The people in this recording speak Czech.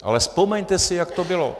Ale vzpomeňte si, jak to bylo.